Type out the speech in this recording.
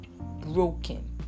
broken